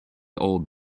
old